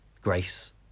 Grace